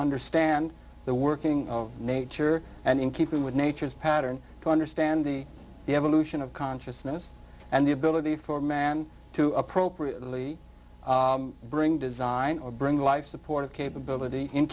understand the workings of nature and in keeping with nature's pattern understanding the evolution of consciousness and the ability for man to appropriately bring design or bring life support capability in